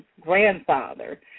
grandfather